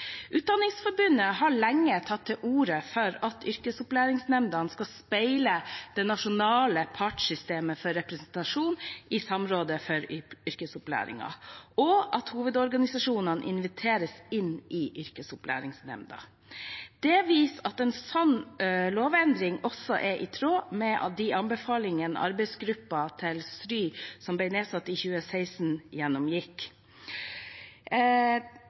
Utdanningsforbundet har lenge tatt til orde for at yrkesopplæringsnemndene skal speile det nasjonale partssystemet for representasjon i Samarbeidsrådet for yrkesopplæring, og at hovedorganisasjonene inviteres inn i yrkesopplæringsnemndene. De viser til at en slik lovendring også er i tråd med anbefalingene til arbeidsgruppen til SRY, som ble nedsatt i 2016.